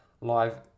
live